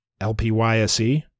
LPYSE